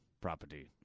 property